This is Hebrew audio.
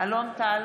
אלון טל,